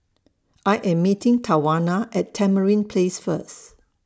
I Am meeting Tawanna At Tamarind Place First